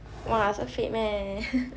!wah! so fit meh